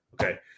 Okay